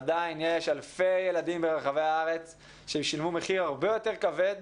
עדיין יש אלפי ילדים ברחבי הארץ ששילמו מחיר הרבה יותר כבד,